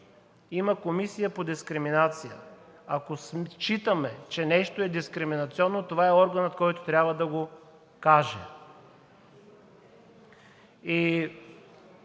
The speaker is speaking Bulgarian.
за защита от дискриминация. Ако считаме, че нещо е дискриминационно, това е органът, който трябва да го каже.